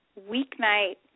weeknight